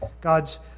God's